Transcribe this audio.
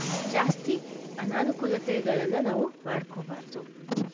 ಜಾಸ್ತಿ ಅನನುಕೂಲತೆಗಳನ್ನು ನಾವು ಮಾಡ್ಕೋಬಾರ್ದು